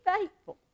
faithful